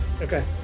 Okay